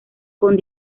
con